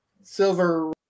Silver